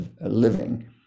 living